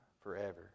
forever